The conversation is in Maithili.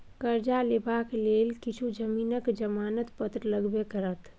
करजा लेबाक लेल किछु जमीनक जमानत पत्र लगबे करत